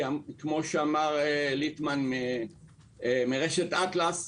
כפי שאמר ליפמן מרשת אטלס,